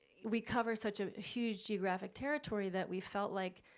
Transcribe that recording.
we cover such a huge geographic territory that we felt like,